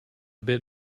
bit